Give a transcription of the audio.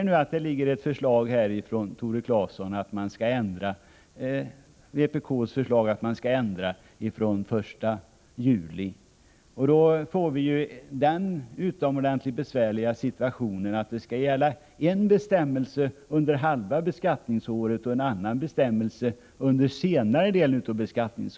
Nu har vpk lagt fram ett förslag att lagen skall träda i kraft den 1 juli 1985. Därmed skulle den utomordentligt besvärliga situationen uppkomma att en bestämmelse gällde under första hälften av beskattningsåret och en annan under den senare hälften.